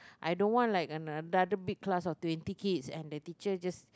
I don't want like another another big class of twenty kids and the teacher just